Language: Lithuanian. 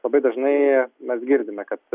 labai dažnai mes girdime kad